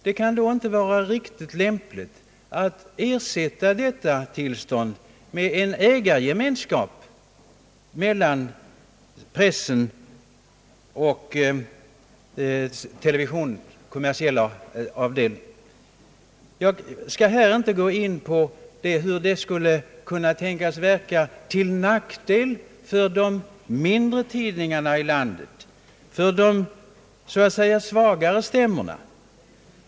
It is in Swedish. Det kan inte vara riktigt att ersätta detta tillstånd med en ägargemenskap mellan pressen och televisionens kommersiella avdelning. Jag skall här inte gå in på de nackdelar som ett sådant system skulle innebära för de mindre tidningarna i landet, för de så att säga svagare stämmorna.